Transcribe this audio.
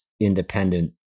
independent